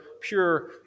pure